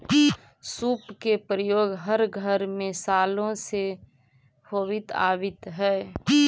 सूप के प्रयोग हर घर में सालो से होवित आवित हई